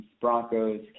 Broncos